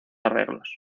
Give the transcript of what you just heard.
arreglos